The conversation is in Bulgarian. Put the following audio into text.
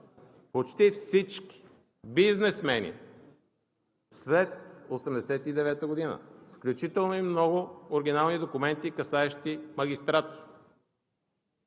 почти всички бизнесмени след 1989 г., включително и много оригинални документи, касаещи магистрати.